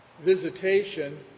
visitation